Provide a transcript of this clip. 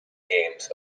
games